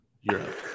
Europe